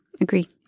agree